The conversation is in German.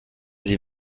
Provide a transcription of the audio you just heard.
sie